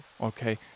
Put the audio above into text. okay